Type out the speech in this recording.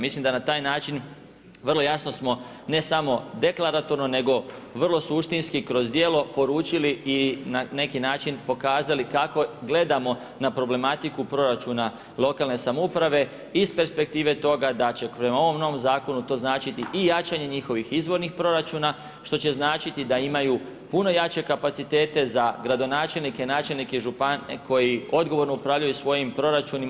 Mislim da na taj način, vrlo jasno smo ne samo deklaratorno, nego vrlo suštinski kroz djelo, poručili i na neki način pokazali kako gledamo na problematiku proračuna lokalne samouprave iz perspektive toga da će prema ovom novog zakonu to značiti i jačanje njihovih izvornih proračuna, što će značiti da imaju puno jače kapacitete za gradonačelnike, načelnike koji odgovorno upravljaju svojim proračunima.